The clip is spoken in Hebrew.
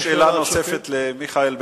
יש שאלה נוספת למיכאל בן-ארי,